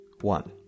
one